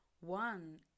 one